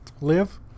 live